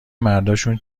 مرداشون